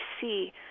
see